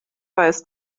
weiß